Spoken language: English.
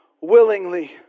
willingly